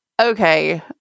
okay